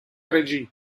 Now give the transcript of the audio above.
regie